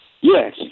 yes